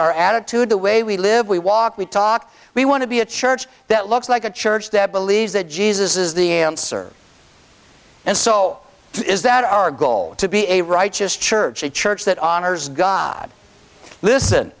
our attitude the way we live we walk we talk we want to be a church that looks like a church that believes that jesus is the answer and so is that our goal to be a righteous church a church that honors god listen